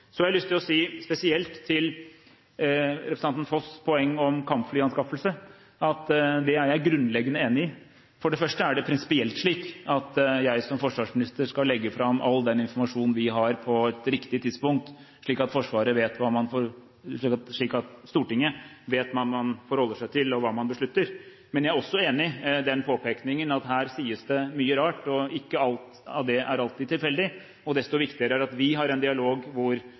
Så har jeg lyst til å si spesielt om representanten Foss' poeng om kampflyanskaffelse at det er jeg grunnleggende enig i. Det er prinsipielt slik at jeg som forsvarsminister skal legge fram all den informasjonen vi har, på et riktig tidspunkt, slik at Stortinget vet hva man forholder seg til, og hva man beslutter. Men jeg er også enig i den påpekningen at her sies det mye rart, og ikke alt av det er alltid tilfeldig. Desto viktigere er det at vi har en dialog hvor